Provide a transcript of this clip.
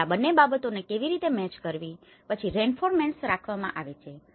તેથી આ બંને બાબતોને કેવી રીતે મેચ કરવી અને પછી રેઇનફોર્સમેન્ટ રાખવામાં આવે છે